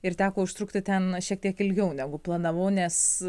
ir teko užtrukti ten šiek tiek ilgiau negu planavau nes